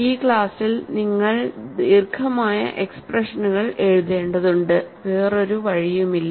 ഈ ക്ലാസ്സിൽ നിങ്ങൾ ദീർഘമായ എക്സ്പ്രഷനുകൾ എഴുതേണ്ടതുണ്ട് വേറൊരു വഴിയുമില്ല